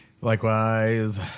Likewise